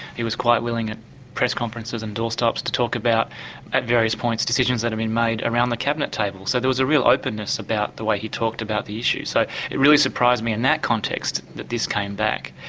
he was quite willing at press conferences and doorstops, to talk about at various points, decisions that had been made around the cabinet table, so there was a real openness about the way he talked about the issues. so it really surprised me in that context, that this came back.